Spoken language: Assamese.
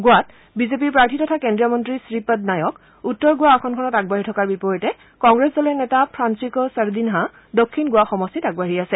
গোৱাত বিজেপিৰ প্ৰাৰ্থী তথা কেন্দ্ৰীয় মন্ত্ৰী শ্ৰীপদনায়ক উত্তৰ গোৱা আসনখনত আগবাঢ়ি থকাৰ বিপৰীতে কংগ্ৰেছ দলৰ নেতা ফ্ৰাণ্সিকো ছৰদিনহা দক্ষিণ গোৱা সমষ্টিত আগবাঢ়ি আছে